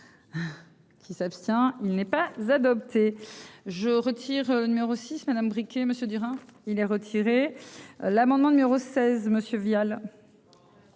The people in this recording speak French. Qui s'abstient. Il n'est pas adopté, je retire numéro 6. Madame, Monsieur Durand, il est retiré l'amendement numéro 16 monsieur Vial.